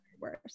worse